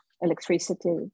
electricity